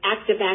active